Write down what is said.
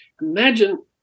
imagine